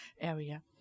area